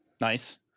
Nice